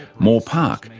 moore park,